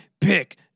Pick